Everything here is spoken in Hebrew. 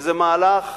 וזה מהלך